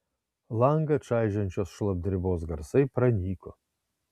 langą čaižančios šlapdribos garsai pranyko